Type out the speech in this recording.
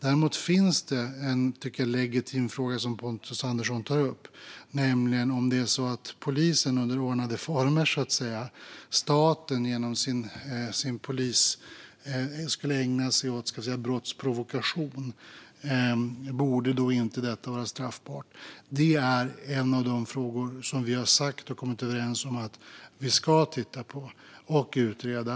Däremot tycker jag att det finns en legitim fråga som Pontus Andersson tar upp, nämligen denna: Om polisen under ordnade former, staten genom sin polis, skulle ägna sig åt brottsprovokation - borde då inte detta vara straffbart? Det är en av de frågor som vi har sagt och kommit överens om att vi ska titta på och utreda.